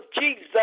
Jesus